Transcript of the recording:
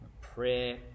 prayer